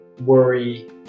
worry